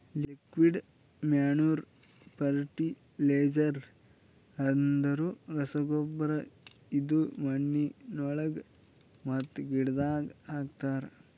liquid manure fertilizer ಅಂದುರ್ ರಸಗೊಬ್ಬರ ಇದು ಮಣ್ಣಿನೊಳಗ ಮತ್ತ ಗಿಡದಾಗ್ ಹಾಕ್ತರ್